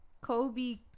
Kobe